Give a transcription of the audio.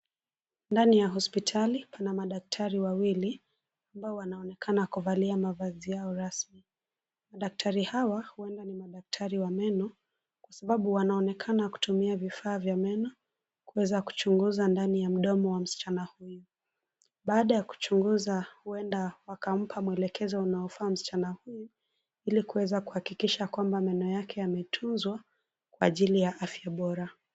Ndani ya hospitali pana madaktari wawili, ambao wanaonekana kuvalia mavazi yao rasmi, madaktari hawa huenda ni madaktari wa meno, kwa sababu wanaonekana kutumia vifaa vya meno, kuweza kuchunguza ndani ya mdomo wa msichana huyu, baada ya kuchunguza huenda wakampa mwelekezo unaofaa msichana huyu, ili kuweza kuhakikisha kwamba meno yake yametunzwa, kwa ajili ya afya bora.